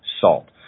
salt